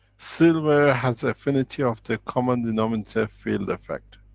silver has the affinity of the common denominator field effect.